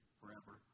forever